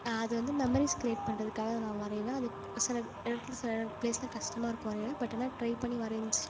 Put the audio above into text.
அது வந்து memories create பண்ணுறதுக்காக அதை நான் வரைவேன் அதுக் சில இடத்துல சில ப்ளேஸ்லாம் கஸ்டமாக இருக்கும் வரைய பட் ஆனால் ட்ரை பண்ணி வரைஞ்சு